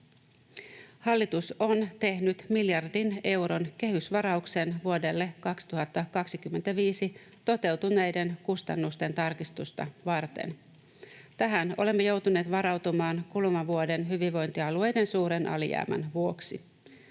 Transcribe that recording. Hallitus on tehnyt miljardin euron kehysvarauksen vuodelle 2025 toteutuneiden kustannusten tarkistusta varten. Tähän olemme joutuneet varautumaan kuluvan vuoden hyvinvointialueiden suuren alijäämän vuoksi.